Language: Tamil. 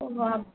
ஓஹோ